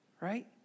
right